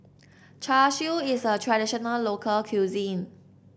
Char Siu is a traditional local cuisine